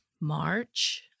March